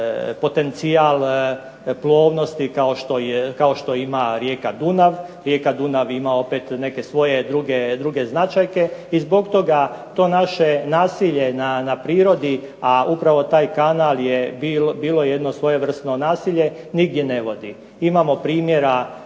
potencijal plovnosti kao što ima rijeka Dunav. Rijeka Dunav opet ima neke svoje druge značajke. I zbog toga to naše nasilje na prirodi, a upravo taj kanal je bilo jedno svojevrsno nasilje nigdje ne vodi. Imamo primjera